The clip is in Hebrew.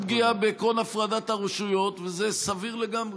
אין כאן שום פגיעה בעקרון הפרדת הרשויות וזה סביר לגמרי.